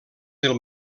del